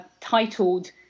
titled